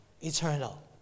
eternal